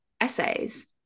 essays